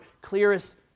clearest